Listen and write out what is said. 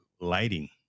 Lighting